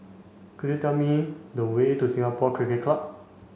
could you tell me the way to Singapore Cricket Club